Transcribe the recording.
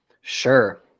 Sure